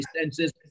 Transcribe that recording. senses